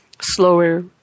slower